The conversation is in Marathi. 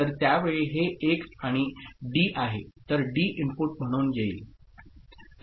तर त्यावेळी हे 1 आणि D आहे तर डी इनपुट म्हणून येईल